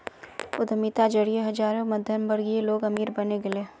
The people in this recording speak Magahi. उद्यमिता जरिए हजारों मध्यमवर्गीय लोग अमीर बने गेले